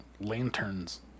lanterns